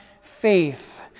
faith